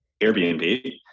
Airbnb